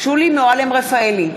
שולי מועלם-רפאלי,